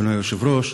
אדוני היושב-ראש,